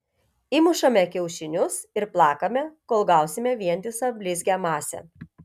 įmušame kiaušinius ir plakame kol gausime vientisą blizgią masę